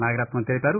నాగరత్నం తెలిపారు